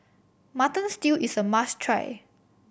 Mutton Stew is a must try